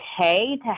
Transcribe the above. okay